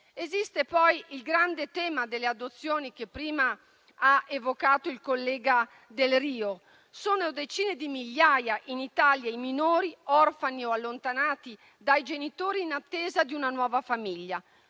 Esiste poi il grande tema delle adozioni, che prima ha evocato il collega Delrio. Sono decine di migliaia in Italia i minori orfani o allontanati dai genitori in attesa di una nuova famiglia.